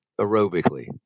aerobically